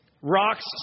rocks